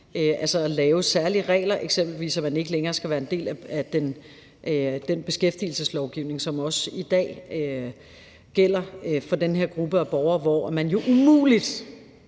altså at lave særlige regler. Det kunne eksempelvis være, at man ikke længere skal være en del af den beskæftigelseslovgivning, som også i dag gælder for den her gruppe af borgere. Man kan jo umuligt